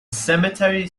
cemetery